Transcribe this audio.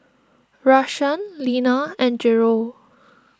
Rashaan Lena and Gerold